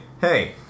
hey